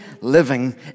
living